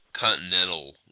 continental